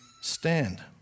stand